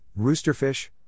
roosterfish